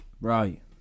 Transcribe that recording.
Right